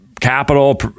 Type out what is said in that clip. capital